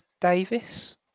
Davis